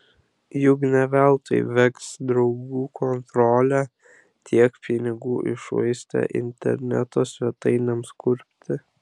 juk ne veltui veks draugų kontorėlė tiek pinigų iššvaistė interneto svetainėms kurpti